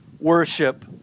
worship